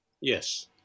Yes